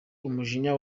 umujinya